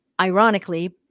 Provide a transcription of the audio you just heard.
ironically